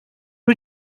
who